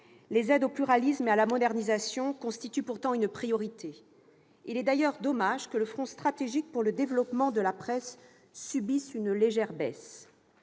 les aides au pluralisme et à la modernisation constituent pourtant une priorité ; il est d'ailleurs dommage que le fonds stratégique pour le développement de la presse subisse une légère baisse.